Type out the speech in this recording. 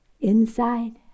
inside